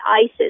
ISIS